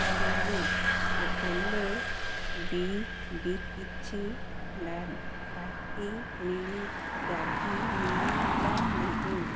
ପଚାରିଲି ହେଲେ ବି ବି କିଛି ଲ କାଟି ମିଳି ଗାଡ଼ି ମିଳିଲା ନାହିଁ